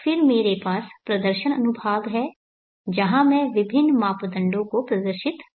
फिर मेरे पास प्रदर्शन अनुभाग है जहां मैं विभिन्न मापदंडों को प्रदर्शित करता हूं